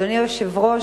אדוני היושב-ראש,